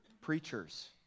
preachers